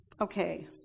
Okay